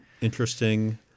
interesting